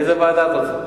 איזו ועדה את רוצה?